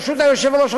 ברשות היושב-ראש,